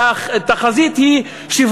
והתחזית היא 7